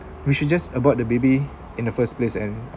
we should just abort the baby in the first place and